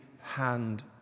hand